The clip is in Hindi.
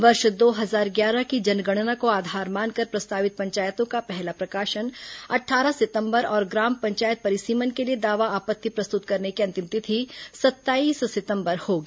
वर्ष दो हजार ग्यारह की जनगणना को आधार मानकर प्रस्तावित पंचायतों का पहला प्रकाशन अट्ठारह सितंबर और ग्राम पंचायत परिसीमन के लिए दावा आपत्ति प्रस्तुत करने की अंतिम तिथि सत्ताईस सितंबर होगी